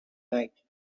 night